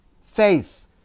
faith